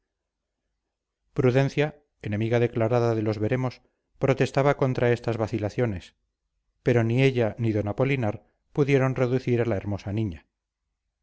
prudencia enemiga declarada de los veremos protestaba contra estas vacilaciones pero ni ella ni d apolinar pudieron reducir a la hermosa niña